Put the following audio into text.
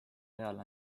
real